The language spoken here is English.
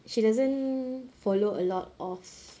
she doesn't follow a lot of